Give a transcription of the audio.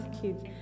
kids